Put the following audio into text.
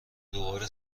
دوباره